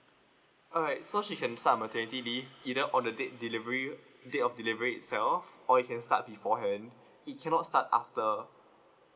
alright so she start her maternity leave either on the date delivery date of delivery itself or you can start before hand he cannot start after